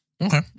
Okay